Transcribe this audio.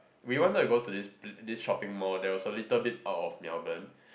we wanted to go to this pl~ this shopping mall that was a little bit out of Melbourne